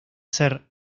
ser